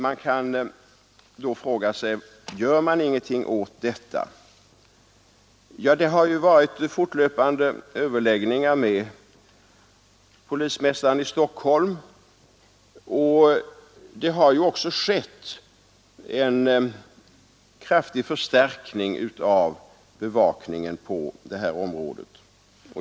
Man kan då fråga sig om ingenting görs åt detta. Fortlöpande överläggningar har förts med polismästaren i Stockholm, och en kraftig förstärkning av bevakningen har skett.